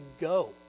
go